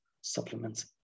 supplements